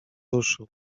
ruszył